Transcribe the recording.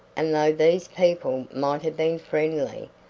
and though these people might have been friendly,